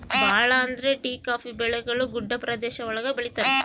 ಭಾಳ ಅಂದ್ರೆ tea coffee ಬೆಳೆಗಳು ಗುಡ್ಡ ಪ್ರದೇಶ ಒಳಗ ಬೆಳಿತರೆ